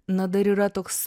na dar yra toks